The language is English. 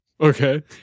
Okay